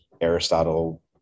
aristotle